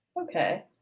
Okay